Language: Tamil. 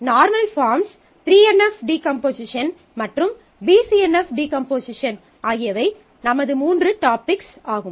நார்மல் பாஃர்ம்ஸ் 3NF டீகம்போசிஷன் மற்றும் BCNF டீகம்போசிஷன் ஆகியவை நமது மூன்று டாபிக்ஸ் ஆகும்